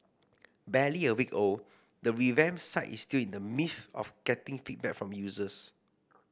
barely a week old the revamped site is still in the midst of getting feedback from users